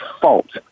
fault